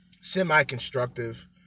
semi-constructive